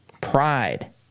pride